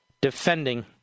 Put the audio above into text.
defending